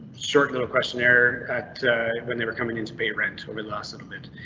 short little questionnaire at when they were coming in to pay rent over the last little bit.